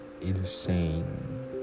insane